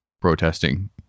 protesting